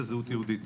בבקשה.